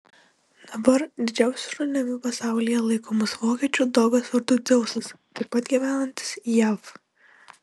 dabar didžiausiu šunimi pasaulyje laikomas vokiečių dogas vardu dzeusas taip pat gyvenantis jav